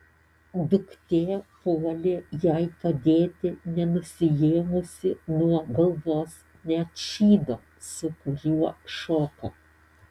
duktė puolė jai padėti nenusiėmusi nuo galvos net šydo su kuriuo šoko